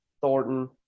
Thornton